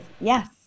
Yes